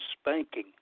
spanking